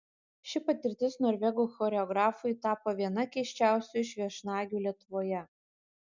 ši patirtis norvegų choreografui tapo viena keisčiausių iš viešnagių lietuvoje